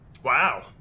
Wow